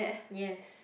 yes